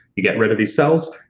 you get rid of these cells,